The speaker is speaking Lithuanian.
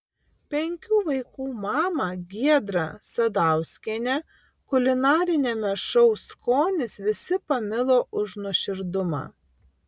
penkių vaikų mamą giedrą sadauskienę kulinariniame šou skonis visi pamilo už nuoširdumą